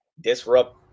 disrupt